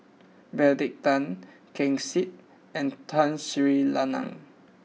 Benedict Tan Ken Seet and Tun Sri Lanang